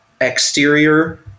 exterior